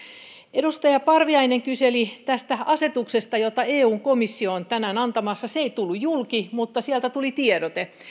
edustaja parviainen kyseli tästä asetuksesta jota eun komissio on tänään antamassa se ei tullut julki mutta sieltä tuli tiedote